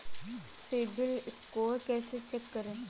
CIBIL score कैसे check करें?